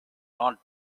not